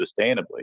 sustainably